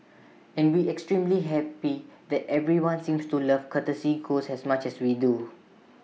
and we extremely happy that everyone seems to love courtesy ghost as much as we do